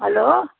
hello